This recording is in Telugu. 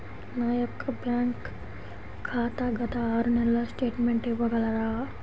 నా యొక్క బ్యాంక్ ఖాతా గత ఆరు నెలల స్టేట్మెంట్ ఇవ్వగలరా?